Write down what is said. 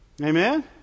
Amen